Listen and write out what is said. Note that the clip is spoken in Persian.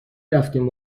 رفتیم